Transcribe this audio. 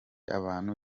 abantu